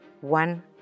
One